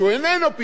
הרי זה בדיוק,